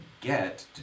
get